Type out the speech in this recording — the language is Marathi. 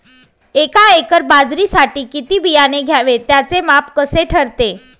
एका एकर बाजरीसाठी किती बियाणे घ्यावे? त्याचे माप कसे ठरते?